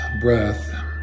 breath